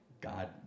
God